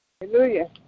Hallelujah